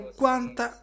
quanta